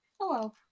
hello